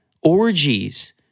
orgies